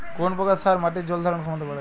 কোন প্রকার সার মাটির জল ধারণ ক্ষমতা বাড়ায়?